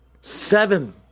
Seven